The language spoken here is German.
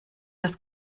das